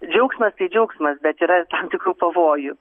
džiaugsmas tai džiaugsmas bet yra ir tam tikrų pavojų